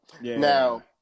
Now